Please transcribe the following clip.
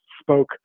spoke